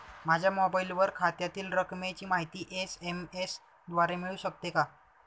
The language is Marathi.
माझ्या मोबाईलवर खात्यातील रकमेची माहिती एस.एम.एस द्वारे मिळू शकते का?